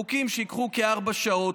חוקים שייקחו כארבע שעות,